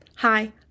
Hi